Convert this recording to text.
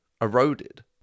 eroded